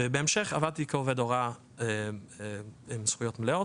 ובהמשך עבדתי כעובד הוראה עם זכויות מלאות,